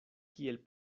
kiel